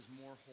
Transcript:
more